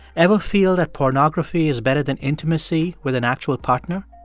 ever feel that pornography is better than intimacy with an actual partner?